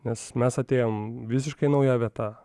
nes mes atėjom visiškai nauja vieta